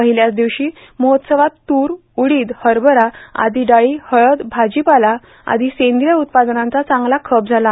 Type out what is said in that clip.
पहिल्याच दिवशी महोत्सवात तूर उडीद हरभरा आदी डाळी हळद भाजीपाला आदी सेंद्रिय उत्पादनांचा चांगला खप झाला